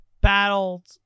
battled